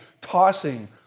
tossing